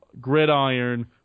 gridiron